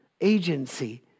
agency